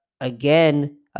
again